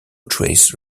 trace